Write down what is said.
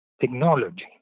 technology